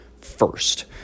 first